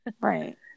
Right